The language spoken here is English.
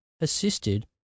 assisted